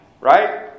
Right